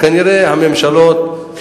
כנראה הממשלות,